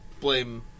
blame